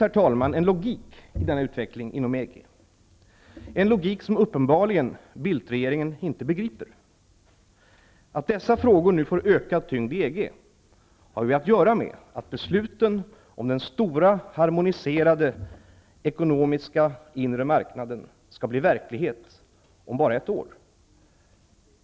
Det finns en logik i denna utveckling inom EG. Det är en logik som uppenbarligen Bildtregeringen inte begriper. Att dessa frågor nu får ökad tyngd i EG har att göra med att besluten om den stora harmoniserade ekonomiska inre marknaden skall bli verklighet om bara ett år.